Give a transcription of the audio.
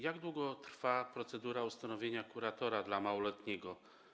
Jak długo trwa procedura ustanowienia kuratora dla małoletniego?